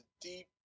Deep